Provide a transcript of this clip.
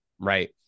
right